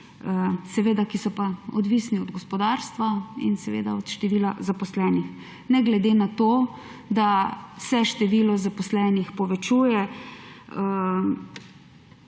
prispevkih, ki so pa odvisni od gospodarstva in seveda od števila zaposlenih. Ne glede na to, da se število zaposlenih povečuje,